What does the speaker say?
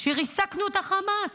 שריסקנו את החמאס.